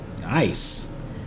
Nice